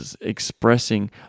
expressing